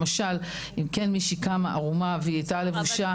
למשל אם כן מישהי קמה ערומה והיא הייתה לבושה.